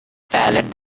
salad